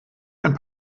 ein